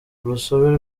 urusobe